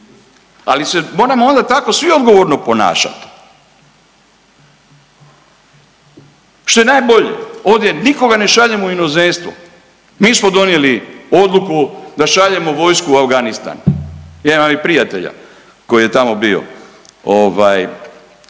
ali se moramo onda tako svi odgovorno ponašat. Što je najbolje, ovdje nikoga ne šaljemo u inozemstvo, mi smo donijeli odluku da šaljemo vojsku u Afganistan, ja imam i prijatelja koji je tamo bio,